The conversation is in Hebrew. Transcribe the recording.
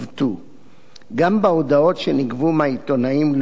גם בהודעות שנגבו מהעיתונאים לא היה כדי לבסס